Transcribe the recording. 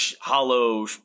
hollow